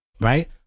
right